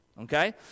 Okay